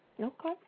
Okay